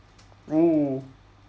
!woo!